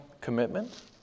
commitment